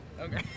Okay